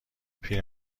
پیر